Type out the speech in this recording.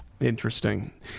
Interesting